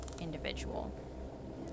individual